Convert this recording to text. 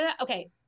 Okay